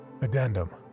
addendum